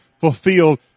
fulfilled